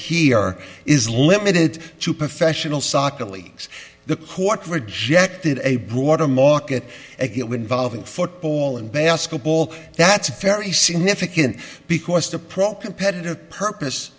here is limited to professional soccer leagues the court rejected a broader market it would involve in football and basketball that's very significant because the pro competitive purpose